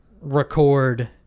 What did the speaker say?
record